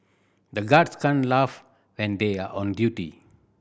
the guards can laugh when they are on duty